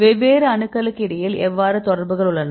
வெவ்வேறு அணுக்களுக்கு இடையில் எவ்வாறு தொடர்புகள் உள்ளன